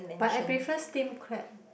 but I prefer steam crab